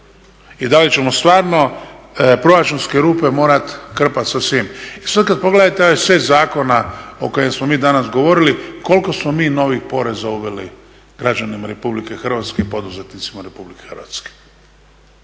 i da li ćemo stvarno proračunske rupe morati krpati sa svim? I sada kada pogledate ovaj set zakona o kojima smo mi danas govorili koliko smo mi novih poreza uveli građanima RH i poduzetnicima RH. Dakle danas